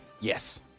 Yes